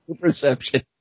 perception